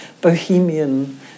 bohemian